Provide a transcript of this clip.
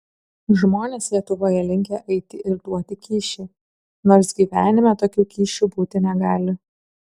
žmonės lietuvoje linkę eiti ir duoti kyšį nors gyvenime tokių kyšių būti negali